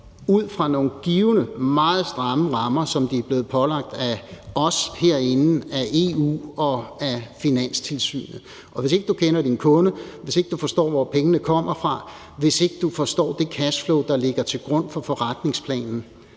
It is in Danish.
ud fra nogle meget stramme givne rammer, som de er blevet pålagt af os herinde, af EU og af Finanstilsynet. Og hvis ikke du kender din kunde, hvis ikke du forstår, hvor pengene kommer fra, og hvis ikke du forstår det cashflow, der ligger til grund for forretningsplanen,